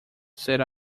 said